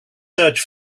search